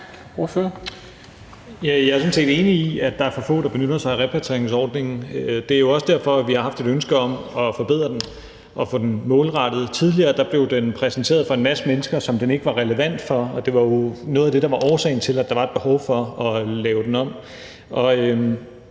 Jeg er sådan set enig i, at der er for få, der benytter sig af repatrieringsordningen. Det er jo også derfor, at vi har haft et ønske om at forbedre den og få den målrettet. Tidligere blev den præsenteret for en masse mennesker, som den ikke var relevant for, og det var jo noget af det, der var årsagen til, at der var et behov for at lave den om.